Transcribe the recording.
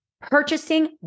purchasing